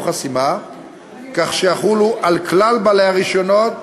חסימה כך שיחולו על כלל בעלי הרישיונות,